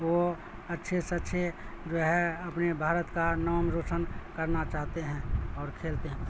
وہ اچھے سے اچھے جو ہے اپنے بھارت کا نام روشن کرنا چاہتے ہیں اور کھیلتے ہیں